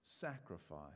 sacrifice